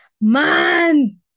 Man